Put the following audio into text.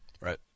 Right